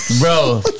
bro